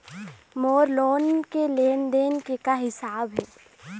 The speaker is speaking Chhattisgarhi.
मोर लोन के लेन देन के का हिसाब हे?